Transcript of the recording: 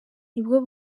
nibwo